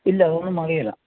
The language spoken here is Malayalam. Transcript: ഇല്ല ഒന്ന് മതിയെന്നാൽ